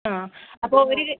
ആഹ് അപ്പോൾ ഒരു